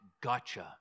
gotcha